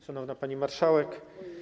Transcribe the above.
Szanowna Pani Marszałek!